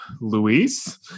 Luis